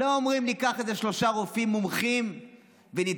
לא אומרים: ניקח איזה שלושה רופאים מומחים וניתן